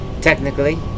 technically